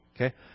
Okay